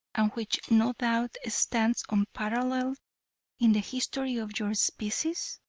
and which, no doubt, stands unparalleled in the history of your species?